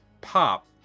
pop